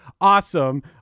awesome